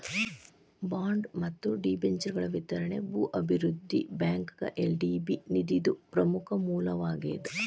bond ಮತ್ತ ಡಿಬೆಂಚರ್ಗಳ ವಿತರಣಿ ಭೂ ಅಭಿವೃದ್ಧಿ ಬ್ಯಾಂಕ್ಗ ಎಲ್.ಡಿ.ಬಿ ನಿಧಿದು ಪ್ರಮುಖ ಮೂಲವಾಗೇದ